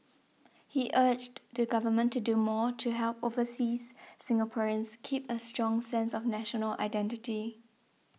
he urged the Government to do more to help overseas Singaporeans keep a strong sense of national identity